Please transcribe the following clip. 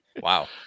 Wow